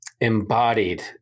embodied